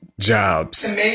Jobs